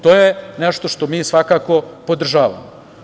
To je nešto što mi svakako podržavamo.